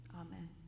Amen